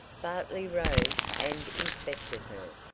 bartley rose and inspected her.